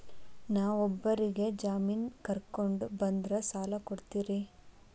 ನಾ ಇಬ್ಬರಿಗೆ ಜಾಮಿನ್ ಕರ್ಕೊಂಡ್ ಬಂದ್ರ ಸಾಲ ಕೊಡ್ತೇರಿ?